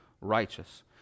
righteous